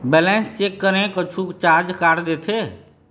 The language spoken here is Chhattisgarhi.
बैलेंस चेक करें कुछू चार्ज काट देथे?